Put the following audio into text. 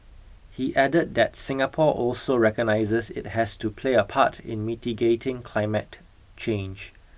he added that Singapore also recognises it has to play a part in mitigating climate change